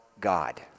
God